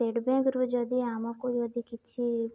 state ବ୍ୟାଙ୍କରୁ ଯଦି ଆମକୁ ଯଦି କିଛି